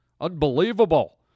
Unbelievable